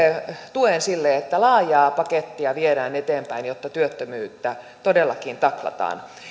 tuen myös sille että laajaa pakettia viedään eteenpäin jotta työttömyyttä todellakin taklataan